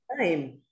time